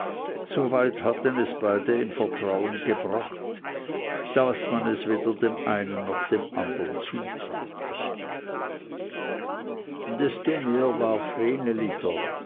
so weit hatten es beide im vertrauen gebracht daß man es weder dem einen noch dem andern zutraute desto mehr war